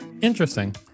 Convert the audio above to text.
Interesting